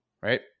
right